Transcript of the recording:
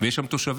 ויש שם תושבים.